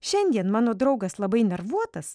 šiandien mano draugas labai nervuotas